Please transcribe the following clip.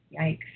Yikes